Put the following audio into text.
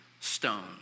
stone